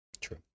true